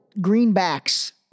greenbacks